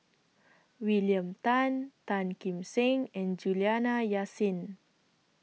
William Tan Tan Kim Seng and Juliana Yasin